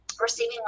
receiving